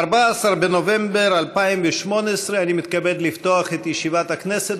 14 בנובמבר 2018. אני מתכבד לפתוח את ישיבת הכנסת.